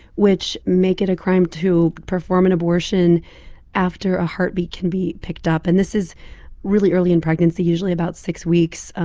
which make it a crime to perform an abortion after a heartbeat can be picked up. and this is really early in pregnancy, usually about six weeks.